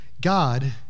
God